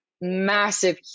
massive